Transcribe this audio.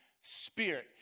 Spirit